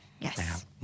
Yes